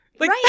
Right